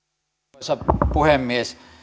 arvoisa puhemies